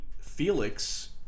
Felix